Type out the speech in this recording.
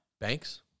Banks